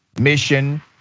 Mission